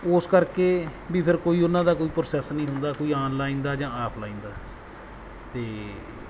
ਉਸ ਕਰਕੇ ਵੀ ਫਿਰ ਕੋਈ ਉਹਨਾਂ ਦਾ ਕੋਈ ਪ੍ਰੋਸੈਸ ਨਹੀਂ ਹੁੰਦਾ ਕੋਈ ਆਨਲਾਈਨ ਦਾ ਜਾਂ ਆਫਲਾਈਨ ਦਾ ਅਤੇ